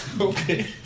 okay